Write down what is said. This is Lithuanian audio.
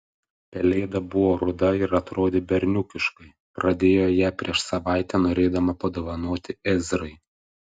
pelėda buvo ruda ir atrodė berniukiškai pradėjo ją prieš savaitę norėdama padovanoti ezrai